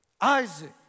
Isaac